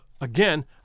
again